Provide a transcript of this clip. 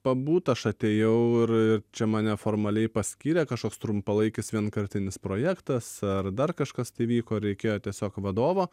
pabūt aš atėjau ir čia mane formaliai paskyrė kažkoks trumpalaikis vienkartinis projektas ar dar kažkas tai vyko reikėjo tiesiog vadovo